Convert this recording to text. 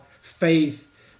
faith